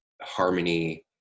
harmony